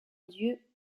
dieu